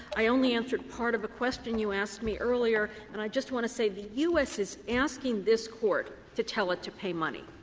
i only answered part of a question you asked me earlier, and i just want to say, the u s. is asking this court to tell it to pay money.